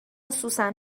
سوسن